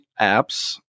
apps